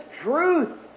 truth